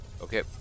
Okay